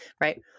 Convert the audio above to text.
right